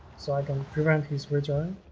so i can prevent his return